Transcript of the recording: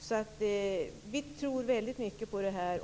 Så vi tror väldigt mycket på det här.